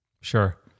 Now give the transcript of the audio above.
Sure